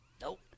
Nope